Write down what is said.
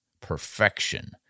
perfection